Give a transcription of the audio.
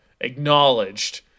acknowledged